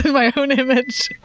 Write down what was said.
my own image.